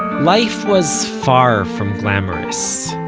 life was far from glamorous.